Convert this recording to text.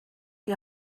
die